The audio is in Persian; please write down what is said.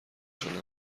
جان